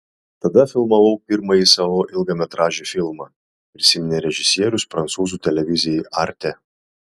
tada filmavau pirmąjį savo ilgametražį filmą prisiminė režisierius prancūzų televizijai arte